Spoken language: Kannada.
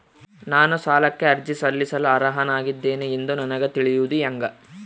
ನಾನು ಸಾಲಕ್ಕೆ ಅರ್ಜಿ ಸಲ್ಲಿಸಲು ಅರ್ಹನಾಗಿದ್ದೇನೆ ಎಂದು ನನಗ ತಿಳಿಯುವುದು ಹೆಂಗ?